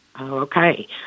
Okay